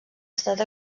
estat